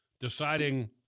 deciding